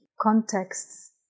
contexts